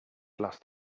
lost